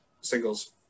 singles